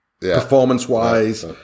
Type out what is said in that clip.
Performance-wise